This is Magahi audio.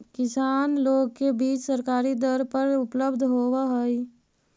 किसान लोग के बीज सरकारी दर पर उपलब्ध होवऽ हई